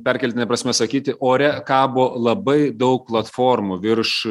perkeltine prasme sakyti ore kabo labai daug platformų virš